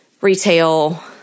retail